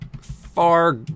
far